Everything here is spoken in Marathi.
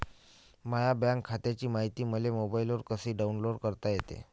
माह्या बँक खात्याची मायती मले मोबाईलवर कसी डाऊनलोड करता येते?